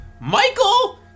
Michael